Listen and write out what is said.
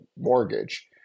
mortgage